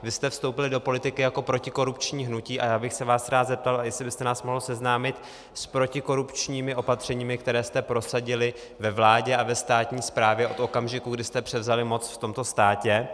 Vy jste vstoupili do politiky jako protikorupční hnutí a já bych se vás rád zeptal, jestli byste mohl seznámit s protikorupčními opatřeními, která jste prosadili ve vládě a ve státní správě od okamžiku, kdy jste převzali moc v tomto státě.